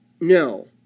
no